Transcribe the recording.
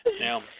Now